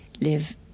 live